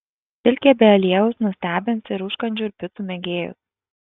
silkė be aliejaus nustebins ir užkandžių ir picų mėgėjus